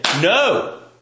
No